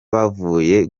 bavuye